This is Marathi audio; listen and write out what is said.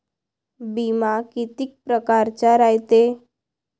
बिमा कितीक परकारचा रायते?